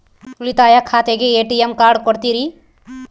ಉಳಿತಾಯ ಖಾತೆಗೆ ATM card ಕೊಡ್ತೇರಿ?